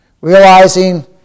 Realizing